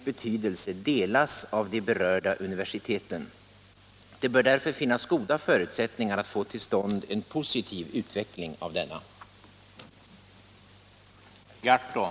Anser statsrådet att det är rimligt att färjor där en tidtabell ger en helt försumbar besparing men dålig service får gå på anrop?